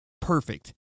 perfect